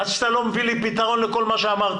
עד שאתה לא מביא לי פתרון לכל מה שאמרתי.